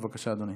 בבקשה, אדוני.